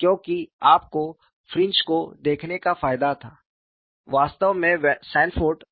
क्योंकि आपको फ्रिंज को देखने का फायदा था वास्तव में सैनफोर्ड